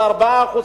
4%,